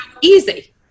easy